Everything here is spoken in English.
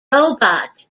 robot